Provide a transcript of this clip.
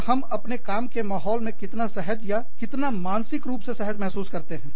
और हम अपने काम के माहौल में कितना सहज या कितना मानसिक सहज महसूस करते हैं